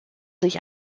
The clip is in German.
sich